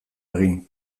egin